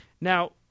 now